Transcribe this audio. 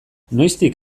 noiztik